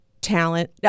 talent